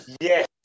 Yes